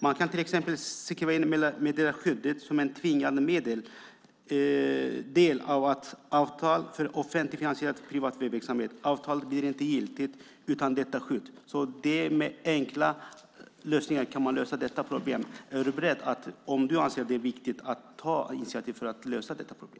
Man kan till exempel se meddelarskyddet som en tvingande del av ett avtal för offentligt finansierad privat verksamhet. Avtalet blir inte giltigt utan detta skydd. Med enkla lösningar kan man lösa detta problem. Är du beredd, om du anser att det är viktigt, att ta initiativ för att lösa detta problem?